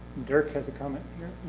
dirk has a comment here.